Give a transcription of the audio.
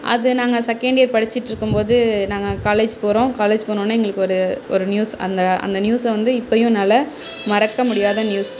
அது நாங்கள் second year படிச்சிட்ருக்கும்போது நாங்கள் காலேஜ் போகிறோம் காலேஜ் போனேம் எங்களுக்கு ஒரு ஒரு நியூஸ் அந்த அந்த நியூஸை வந்து இப்பவும் என்னால் மறக்க முடியாத நியூஸ்